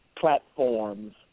platforms